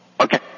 Okay